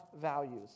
values